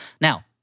Now